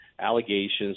allegations